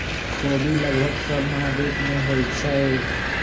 ख़ोबि लगभग सभ महाद्वीप में होइ छइ